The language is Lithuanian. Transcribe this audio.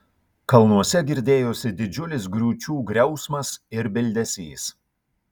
kalnuose girdėjosi didžiulis griūčių griausmas ir bildesys